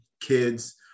kids